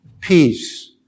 peace